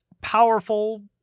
powerful